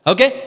Okay